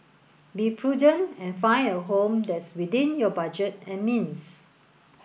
be prudent and find a home that's within your budget and means